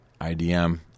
IDM